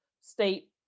state